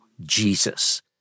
Jesus